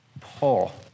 pull